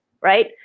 right